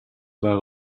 waren